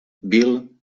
bill